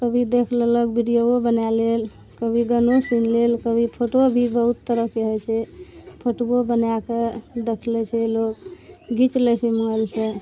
कभी देख लेलक वीडियोए बना लेलक कभी गाने सुनि लेलक कभी फोटो भी बहुत तरहके होइ छै फोटोए बनाके देख लै छै लोग घीच लै छै मोबाइल से